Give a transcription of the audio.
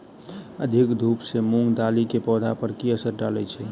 अधिक धूप सँ मूंग दालि केँ पौधा पर की असर डालय छै?